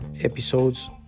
episodes